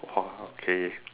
!wow! okay